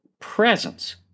presence